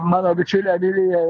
mano bičiulė viliją